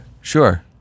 sure